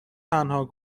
تنها